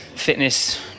fitness